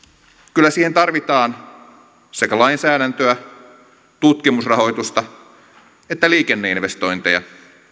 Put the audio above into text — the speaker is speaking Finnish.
kyllä siihen tarvitaan sekä lainsäädäntöä tutkimusrahoitusta että liikenneinvestointeja